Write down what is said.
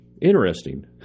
Interesting